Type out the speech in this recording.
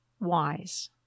wise